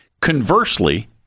Conversely